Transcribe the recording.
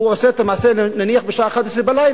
הוא עושה את המעשה, נניח, בשעה 23:00,